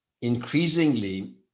increasingly